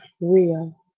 real